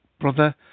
brother